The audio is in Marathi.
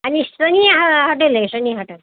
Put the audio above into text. आणि सनी हा हाटेल आहे सनी हाटेल